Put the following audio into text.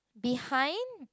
behind